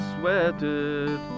sweated